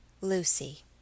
Lucy